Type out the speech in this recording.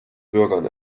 bürgern